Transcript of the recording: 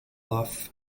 off